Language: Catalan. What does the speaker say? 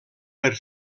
per